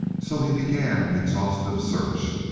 so he began an exhaustive search.